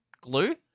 glue